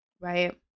right